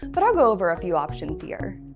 but i'll go over a few options here.